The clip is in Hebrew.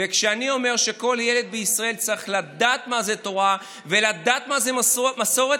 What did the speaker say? וכשאני אומר שכל ילד בישראל צריך לדעת מה זה תורה ולדעת מה זה מסורת,